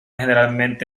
generalmente